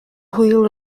hwyl